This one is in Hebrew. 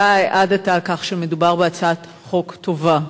אתה העדת על כך שמדובר בהצעת חוק טובה,